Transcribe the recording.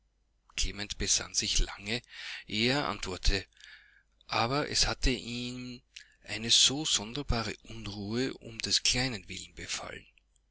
derschanzefürihngeben klement besann sich lange ehe er antwortete aber es hatte ihn eine so sonderbare unruhe um des kleinen willen befallen